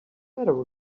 matter